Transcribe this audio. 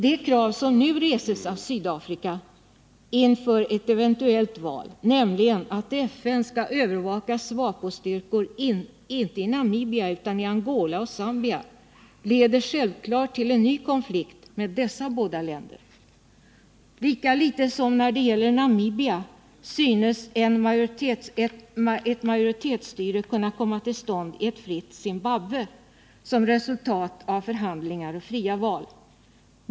Det krav som nu reses i Sydafrika inför ett eventuellt val, nämligen att FN skall övervaka SWAPO-styrkor inte i Namibia utan i Angola och Zambia, leder självfallet till en ny konflikt med dessa båda länder. Lika litet som när det gäller Namibia synes ett majoritetsstyre kunna komma till stånd i ett fritt Zimbabwe som resultat av förhandlingar och fria val.